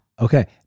Okay